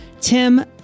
Tim